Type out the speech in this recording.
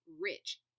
rich